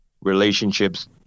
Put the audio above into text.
relationships